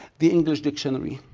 the english dictionary.